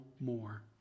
more